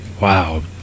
Wow